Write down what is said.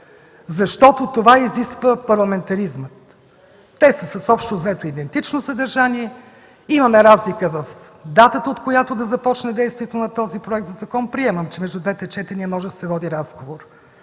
защото това изисква парламентаризмът. Те са общо-взето с идентично съдържание – имаме разлика в датата, от която да започне действието на този проектозакон. Приемам, че между двете четения може да се води разговор.